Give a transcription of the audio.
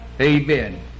Amen